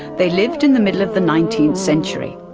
they lived in the middle of the nineteenth century,